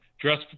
dress